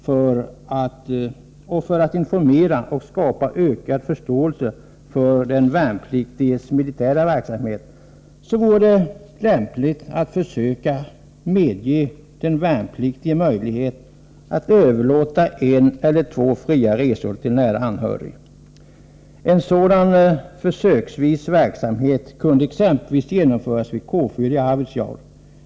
För att informera och skapa ökad förståelse för den värnpliktiges militära verksamhet vore det lämpligt att försöksvis medge den värnpliktige möjlighet att överlåta en eller två fria resor till en nära anhörig. En sådan försöksverksamhet kunde exempelvis genomföras vid K4 i Arvidsjaur.